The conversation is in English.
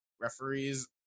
referees